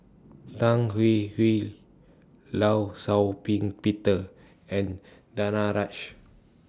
Tan Hwee Hwee law Shau Ping Peter and Danaraj